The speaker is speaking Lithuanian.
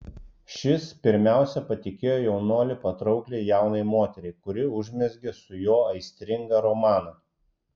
šis pirmiausia patikėjo jaunuolį patraukliai jaunai moteriai kuri užmezgė su juo aistringą romaną